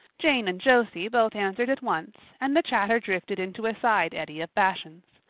jane and josie both answered at once and the chatter drifted into a side eddy of fashions.